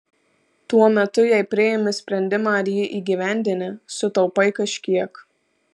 tuo metu jei priimi sprendimą ir jį įgyvendini sutaupai kažkiek